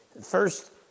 first